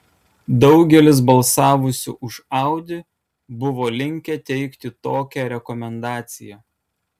daugelis balsavusių už audi buvo linkę teikti tokią rekomendaciją